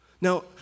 Now